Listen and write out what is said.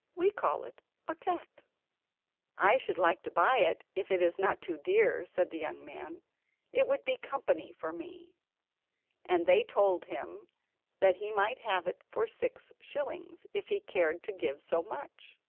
we call it a cat i should like to buy it if it is not too dear said the young man it would be company for me and they told him that he might have it for six shillings, if he cared to give so much.